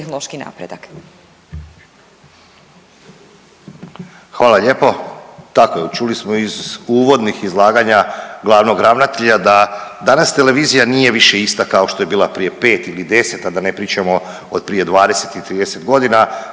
Goran (HDZ)** Hvala lijepo. Tako je, čuli smo iz uvodnih izlaganja glavnog ravnatelja da danas televizija nije više ista kao što je bila prije 5 ili 10, a da ne pričamo od prije 20 ili 30.g., danas